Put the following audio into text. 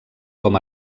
com